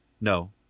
no